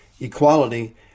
equality